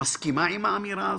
מסכימה עם האמירה הזאת?